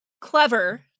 clever